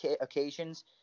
occasions